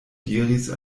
diris